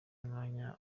myanya